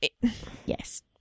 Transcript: yes